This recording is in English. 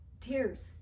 tears